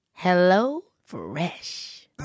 HelloFresh